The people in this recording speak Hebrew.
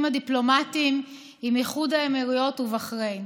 הדיפלומטיים עם איחוד האמירויות ובחריין.